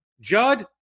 Judd